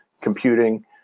computing